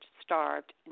starved